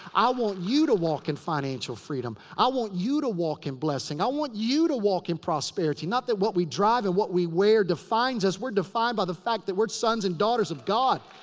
i want you to walk in financial freedom. i want you to walk in blessing. i want you to walk in prosperity. not that what we drive and what we wear defines us. we're defined by the fact that we're sons and daughters of god.